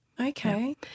Okay